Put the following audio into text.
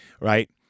Right